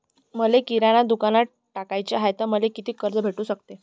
मले किराणा दुकानात टाकाचे हाय तर मले कितीक कर्ज भेटू सकते?